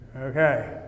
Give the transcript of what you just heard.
okay